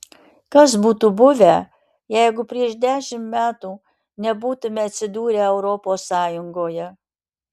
kas būtų buvę jeigu prieš dešimt metų nebūtumėme atsidūrę europos sąjungoje